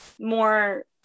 more